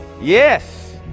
Yes